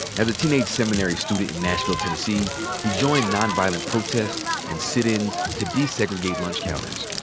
as a teenage seminary student in nashville, tennessee, he joined non-violent protests and sit-ins to desegregate lunch counters.